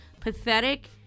pathetic